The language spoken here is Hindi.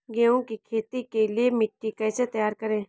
गेहूँ की खेती के लिए मिट्टी कैसे तैयार करें?